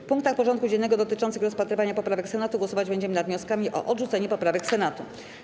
W punktach porządku dziennego dotyczących rozpatrywania poprawek Senatu głosować będziemy nad wnioskami o odrzucenie poprawek Senatu.